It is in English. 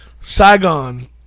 saigon